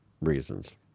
reasons